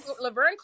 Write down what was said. Laverne